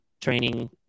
training